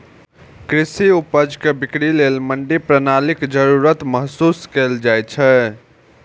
कृषि उपज के बिक्री लेल मंडी प्रणालीक जरूरत महसूस कैल जाइ छै